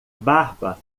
barba